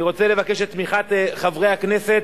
אני רוצה לבקש את תמיכת חברי הכנסת,